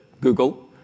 Google